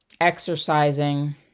exercising